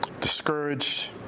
discouraged